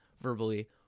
verbally